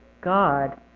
God